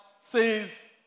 says